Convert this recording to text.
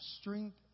strength